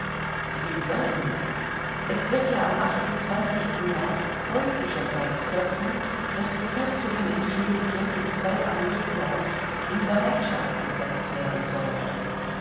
wie sollen wir es wird ja am märz preußischerseits verfügt daß die festungen in schlesien und zwei armeekorps in bereitschaft gesetzt werden sollen